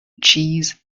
cheese